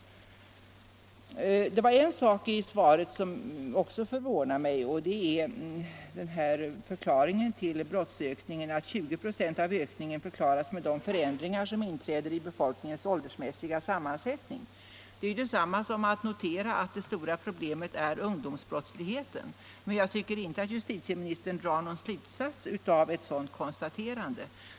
En sak i svaret som också förvånar mig är uttalandet att 20 96 av brottsökningen förklaras av förändringar som inträtt i befolkningens ålderssammansättning. Det är ju detsamma som att notera att det stora problemet är ungdomsbrottsligheten. Men jag tycker inte att justitieministern drar någon slutsats av konstaterandet.